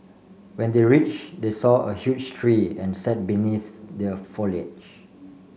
when they reached they saw a huge tree and sat beneath the foliage